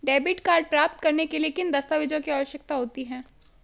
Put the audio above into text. Debit card प्राप्त करने के लिए किन दस्तावेज़ों की आवश्यकता होती है?